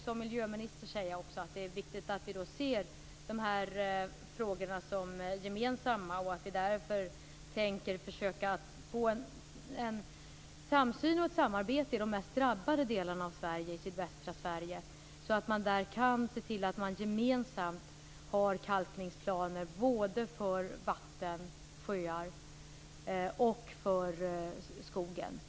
Som miljöminister kan jag säga att det är viktigt att vi ser dessa frågor som gemensamma och då försöker att få till stånd en samsyn och ett samarbete i de mest drabbade områdena i sydvästra Sverige så att man där kan ha gemensamma kalkningsplaner för såväl vatten och sjöar som skogen.